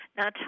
Now